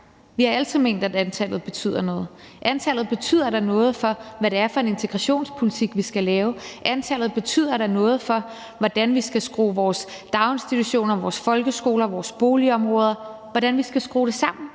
Vi har altid ment, at antallet betyder noget. Antallet betyder da noget for, hvad det er for en integrationspolitik, vi skal lave; antallet betyder da noget for, hvordan vi skal skrue det sammen i forhold til vores daginstitutioner, vores folkeskoler, vores boligområder. Selvfølgelig betyder det noget.